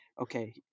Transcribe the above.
okay